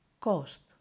cost